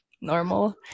normal